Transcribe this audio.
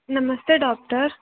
ನಮಸ್ತೆ ಡಾಕ್ಟರ್